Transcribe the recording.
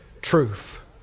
truth